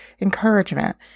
encouragement